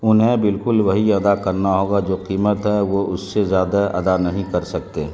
انہیں بالکل وہی ادا کرنا ہوگا جو قیمت ہے وہ اس سے زیادہ ادا نہیں کر سکتے